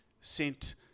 sent